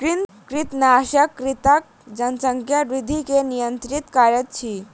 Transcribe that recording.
कृंतकनाशक कृंतकक जनसंख्या वृद्धि के नियंत्रित करैत अछि